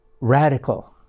radical